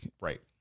Right